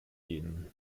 ihn